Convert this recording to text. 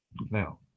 Now